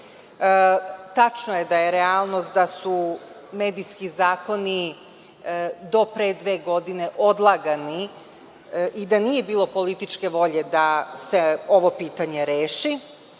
Tačno je da je realnost da su medijski zakoni do pre dve godine odlagani i da nije bilo političke volje da se ovo pitanje reši